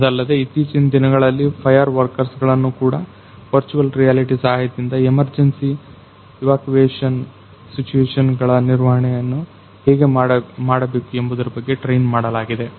ಅದಲ್ಲದೆ ಇತ್ತೀಚಿನ ದಿನಗಳಲ್ಲಿ ಫೈಯರ್ ವರ್ಕರ್ಸ್ ಗಳನ್ನು ಕೂಡ ವರ್ಚುವಲ್ ರಿಯಾಲಿಟಿ ಸಹಾಯದಿಂದ ಎಮರ್ಜೆನ್ಸಿ ಇವಕ್ವೆಶನ್ ಸಿಚುಯೇಶನ್ ಗಳ ನಿರ್ವಹಣೆಯನ್ನು ಹೇಗೆ ಮಾಡಬೇಕು ಎಂಬುದರ ಬಗ್ಗೆ ಟ್ರೈನ್ ಮಾಡಲಾಗಿದೆ